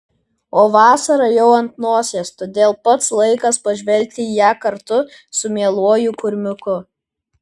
o vasara jau ant nosies todėl pats laikas pažvelgti į ją kartu su mieluoju kurmiuku